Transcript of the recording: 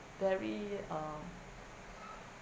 very uh